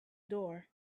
door